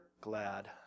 glad